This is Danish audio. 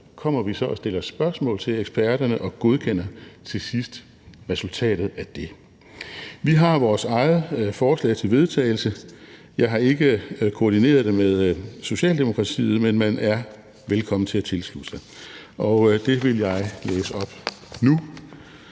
kommer vi så og stiller spørgsmål til eksperterne og godkender til sidst resultatet af det. Vi har vores eget forslag til vedtagelse. Jeg har ikke koordineret det med Socialdemokratiet, men man er velkommen til at tilslutte sig det, og det vil jeg læse op nu: